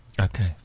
Okay